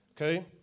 Okay